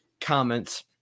comments